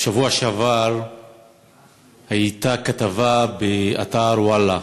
בשבוע שעבר הייתה כתבה באתר "וואלה",